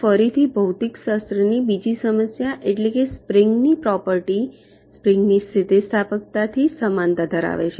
જે ફરીથી ભૌતિકશાસ્ત્રની બીજી સમસ્યા એટલે કે સ્પ્રિંગની પ્રોપર્ટી સ્પ્રિંગની સ્થિતિસ્થાપકતા થી સમાનતા ધરાવે છે